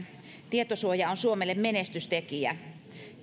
tietosuoja on suomelle menestystekijä